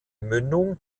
mündung